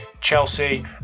chelsea